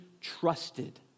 trusted